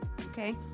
Okay